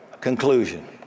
Conclusion